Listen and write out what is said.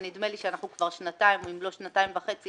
ונדמה לי שכבר שנתיים אם לא שנתיים וחצי